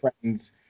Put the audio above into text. friends